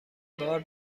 بار